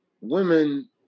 women